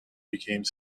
became